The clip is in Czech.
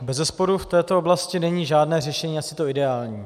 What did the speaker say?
Bezesporu v této oblasti není žádné řešení asi to ideální.